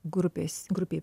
grupės grupei